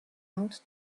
out